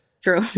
True